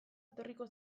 etorriko